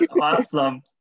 awesome